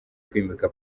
kwimika